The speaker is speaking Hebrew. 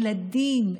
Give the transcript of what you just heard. ילדים,